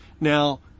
Now